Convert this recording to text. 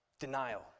denial